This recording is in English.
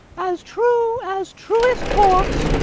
as true as truest horse,